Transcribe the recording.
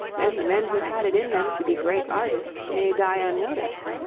then the men who had it in them to be great artists may die unnoticed,